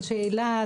אנשי אילת,